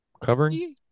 Covering